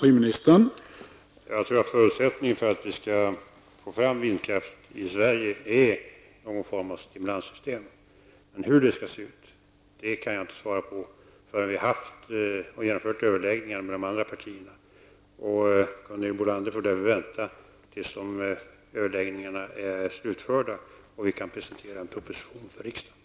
Herr talman! Jag tror att förutsättningen för att vi skall kunna producera vindkraft i Sverige är någon form av stimulanssystem. Jag kan dock inte svara på hur det skall se ut innan vi har haft överläggningar med de andra partierna. Gunhild Bolander får därför vänta tills överläggningarna är slutförda och vi kan presentera en proposition för riksdagen.